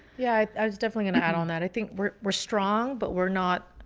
yeah, i was definitely gonna add on that i think we're we're strong but we're not,